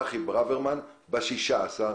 הייתה ישיבת ממשלת נוספת,